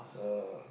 uh